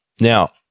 Now